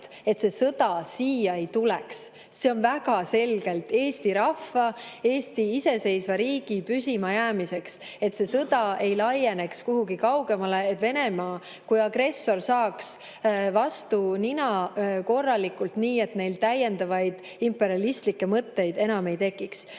et see sõda siia ei tuleks. See on väga selgelt Eesti rahva, Eesti iseseisva riigi püsimajäämise huvides, et see sõda ei laieneks kuhugi kaugemale, et Venemaa kui agressor saaks vastu nina nii korralikult, et neil täiendavaid imperialistlikke mõtteid enam ei tekiks. Mida